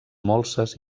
molses